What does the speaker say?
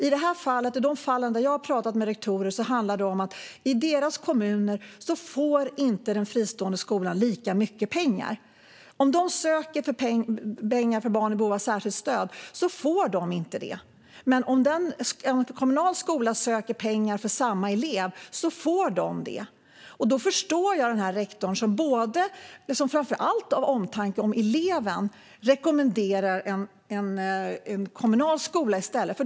I fallen med de rektorer som jag pratat med handlar det om att den fristående skolan i deras kommuner inte får lika mycket pengar. Om de söker pengar för barn i behov av särskilt stöd får de inte det, men om en kommunal skola söker pengar för samma elev får den det. Då förstår jag de rektorer som, framför allt av omtanke om eleven, rekommenderar en kommunal skola i stället.